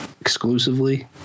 exclusively